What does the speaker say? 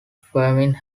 farming